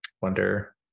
wonder